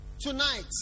Tonight